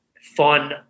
fun